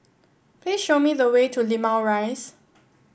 please show me the way to Limau Rise